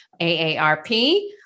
AARP